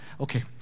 Okay